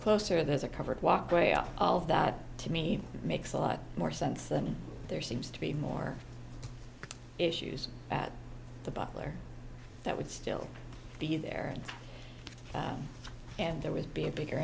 closer there's a covered walkway all of that to me makes a lot more sense than there seems to be more issues at the butler that would still be there and there would be a bigger